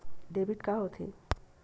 Debit का होथे?